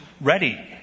ready